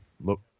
Look